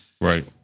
Right